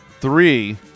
three